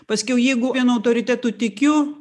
paskiau jeigu vienu autoritetu tikiu